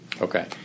Okay